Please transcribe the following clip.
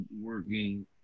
working